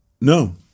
no